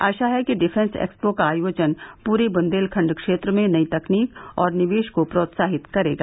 आशा है कि defence expo का आयोजन पूरे बुंदेलखंड क्षेत्र में नई तकनीक और निवेश को प्रोत्साहित करेगा